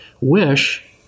wish